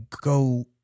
go